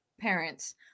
parents